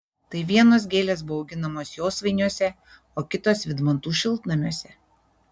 tai vienos gėlės buvo auginamos josvainiuose o kitos vydmantų šiltnamiuose